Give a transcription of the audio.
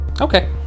Okay